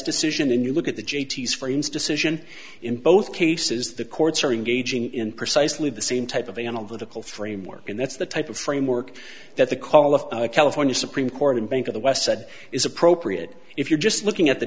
decision and you look at the j t's frames decision in both cases the courts are engaging in precisely the same type of analytical framework and that's the type of framework that the call of california supreme court and bank of the west said is appropriate if you're just looking at the